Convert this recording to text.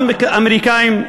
גם האמריקנים,